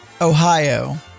Ohio